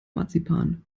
marzipan